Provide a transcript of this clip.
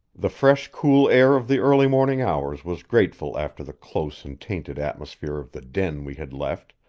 the fresh, cool air of the early morning hours was grateful after the close and tainted atmosphere of the den we had left,